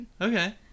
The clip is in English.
Okay